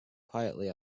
quietly